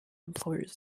employers